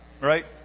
right